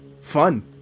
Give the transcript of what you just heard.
fun